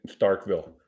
Starkville